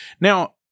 Now